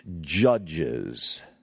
judges